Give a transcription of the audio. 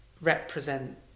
represent